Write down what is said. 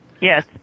yes